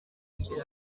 jenoside